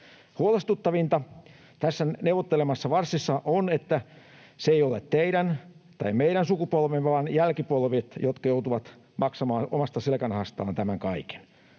Huolestuttavinta tässä neuvottelemassanne farssissa on, että se ei ole teidän tai meidän sukupolvi vaan jälkipolvet, jotka joutuvat maksamaan omasta selkänahastaan tämän kaiken